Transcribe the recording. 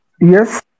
yes